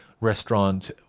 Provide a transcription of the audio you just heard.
restaurant